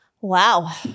Wow